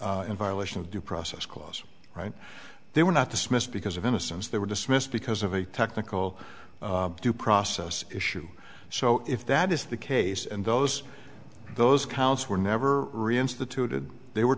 notice in violation of due process clause right they were not dismissed because of innocence they were dismissed because of a technical due process issue so if that is the case and those those counts were never reinstituted they were